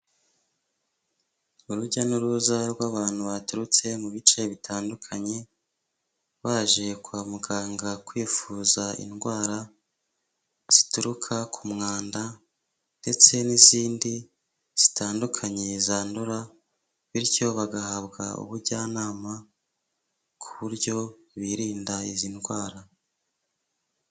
Urujya n'uruza rw'abantu baturutse mu bice bitandukanye baje kwa muganga kwivuza indwara zituruka ku mwanda ndetse n'izindi zitandukanye zandura bityo bagahabwa ubujyanama ku buryo birinda izi ndwara.